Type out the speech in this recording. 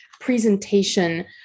presentation